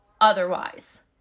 otherwise